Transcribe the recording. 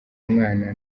umwana